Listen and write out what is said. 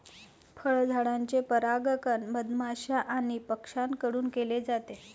फळझाडांचे परागण मधमाश्या आणि पक्ष्यांकडून केले जाते